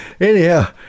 Anyhow